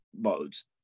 modes